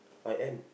I am